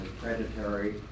predatory